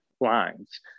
lines